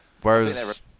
Whereas